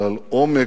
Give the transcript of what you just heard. אלא על עומק